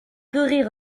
courir